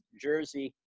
Jersey